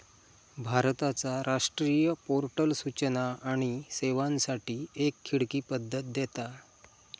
भारताचा राष्ट्रीय पोर्टल सूचना आणि सेवांसाठी एक खिडकी पद्धत देता